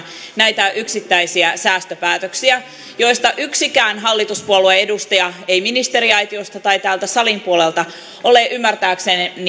näitä yksittäisiä säästöpäätöksiä joista yksikään hallituspuolueen edustaja ei ministeriaitiosta tai täältä salin puolelta ole ymmärtääkseni